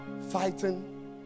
fighting